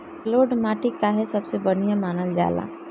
जलोड़ माटी काहे सबसे बढ़िया मानल जाला?